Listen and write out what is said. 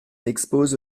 expose